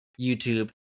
YouTube